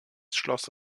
schloss